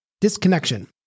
disconnection